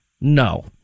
no